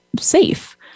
safe